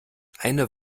eine